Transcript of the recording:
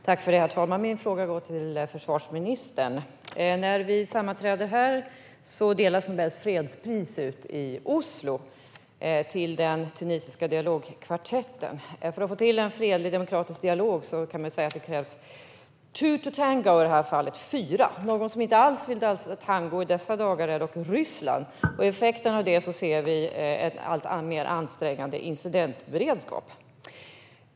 Herr talman! Min fråga går till försvarsministern. Samtidigt som vi sammanträder delas Nobels fredspris ut i Oslo till den tunisiska dialogkvartetten. För att få till en fredlig demokratisk dialog krävs two to tango, och i det här fallet fyra. Någon som inte alls vill dansa tango i dessa dagar är Ryssland, och effekten av det är en alltmer ansträngd incidentberedskap.